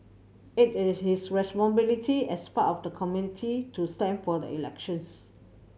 it is his responsibility as part of the community to stand for the elections